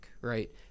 right